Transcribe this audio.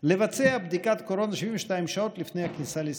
לבצע בדיקת קורונה 72 שעות לפני הכניסה לישראל,